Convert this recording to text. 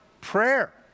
prayer